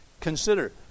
consider